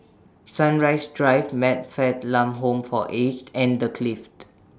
Sunrise Drive Man Fatt Lam Home For Aged and The Clift